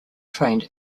trained